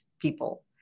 People